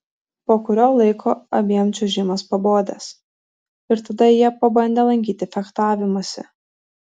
po kurio laiko abiem čiuožimas pabodęs ir tada jie pabandę lankyti fechtavimąsi